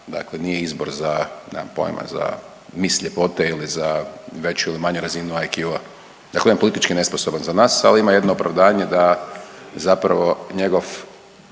dakle nije izbor nemam poima za miss ljepote ili za veću ili manju razinu IQ-a. Dakle, jedan politički nesposoban za nas, ali ima jedno opravdanje da zapravo njegov